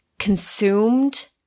Consumed